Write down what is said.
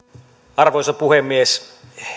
arvoisa puhemies